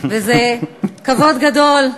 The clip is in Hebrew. וזה כבוד גדול,